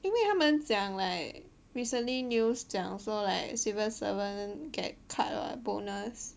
因为他们讲来 recently news 讲说 like civil servant get cut [what] bonus